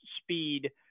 speed